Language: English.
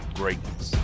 greatness